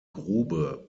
grube